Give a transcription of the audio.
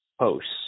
posts